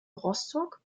rostock